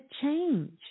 change